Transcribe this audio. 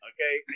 Okay